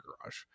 garage